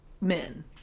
men